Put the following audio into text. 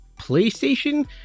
PlayStation